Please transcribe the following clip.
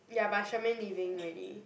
ya but Shermaine leaving already